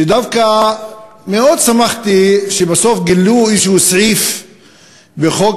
שדווקא מאוד שמחתי שבסוף גילו איזשהו סעיף בחוק